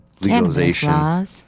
Legalization